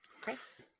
Chris